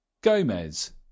Gomez